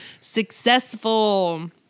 Successful